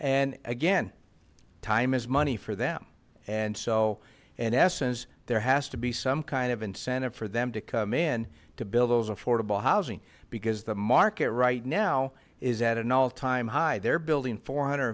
and again time is money for them and so in essence there has to be some kind of incentive for them to come in to build those affordable housing because the market right now is at an all time high they're building four hundred